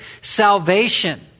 salvation